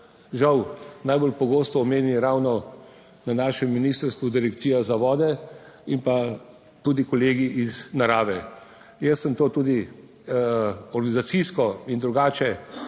Žal najbolj pogosto omeni(?) ravno na našem ministrstvu, Direkcija za vode in pa tudi kolegi iz narave. Jaz sem to tudi organizacijsko in drugače